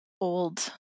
old